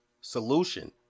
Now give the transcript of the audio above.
Solution